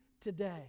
today